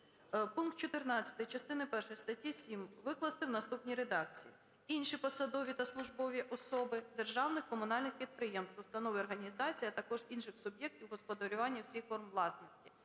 Пункт 14 частини першої статті 7 викласти у наступній редакції: "інші посадові та службові особи державних, комунальних підприємств, установ й організацій, а також інших суб'єктів господарювання всіх форм власності".